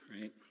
right